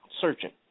searching